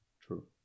True